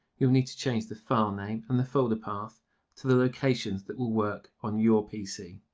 you'll need to change the file name and the folder path to the locations that will work on your pc.